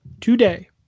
today